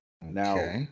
Now